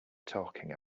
talking